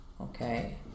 okay